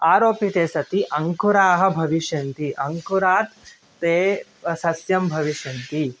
आरोपिते सति अङ्कुराः भविष्यन्ति अङ्कुरात् ते सस्यं भविष्यन्ति